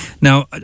Now